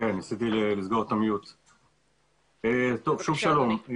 שוב שלום.